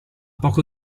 poco